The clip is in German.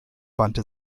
wandte